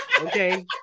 Okay